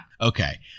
Okay